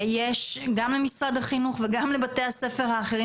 יש גם למשרד החינוך וגם לבתי הספר האחרים